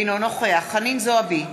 אינו נוכח חנין זועבי,